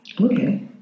Okay